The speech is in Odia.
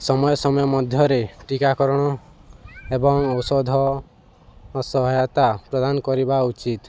ସମୟ ସମୟ ମଧ୍ୟରେ ଟିକାକରଣ ଏବଂ ଔଷଧ ସହାୟତା ପ୍ରଦାନ କରିବା ଉଚିତ୍